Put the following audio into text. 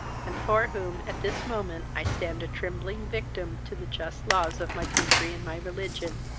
and for whom at this moment i stand a trembling victim to the just laws of my country and my religion!